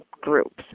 groups